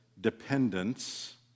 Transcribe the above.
dependence